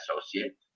associate